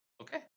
Okay